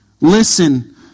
Listen